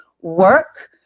work